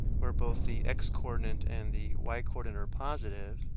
where both the x coordinate and the y coordinate are positive